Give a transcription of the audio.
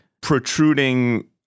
protruding